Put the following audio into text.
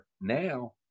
Now